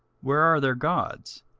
where are their gods,